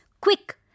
quick